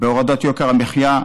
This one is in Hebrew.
בהורדת יוקר המחיה.